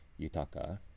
yutaka